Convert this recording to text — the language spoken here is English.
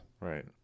Right